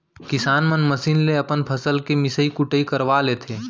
किसान मन मसीन ले अपन फसल के मिसई कुटई करवा लेथें